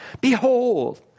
Behold